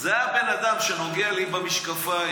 זה הבן אדם שנוגע לי במשקפיים,